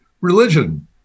religion